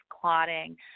clotting